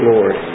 Lord